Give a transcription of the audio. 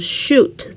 shoot